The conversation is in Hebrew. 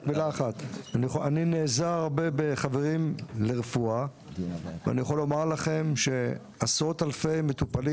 אני נעזר הרבה ב"חברים לרפואה" ואני יכול לומר לכם שעשרות-אלפי מטופלים